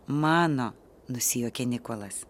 mano nusijuokė nikolas